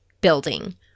building